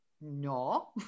no